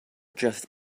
just